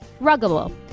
Ruggable